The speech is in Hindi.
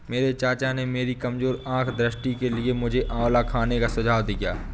मेरे चाचा ने मेरी कमजोर आंख दृष्टि के लिए मुझे आंवला खाने का सुझाव दिया है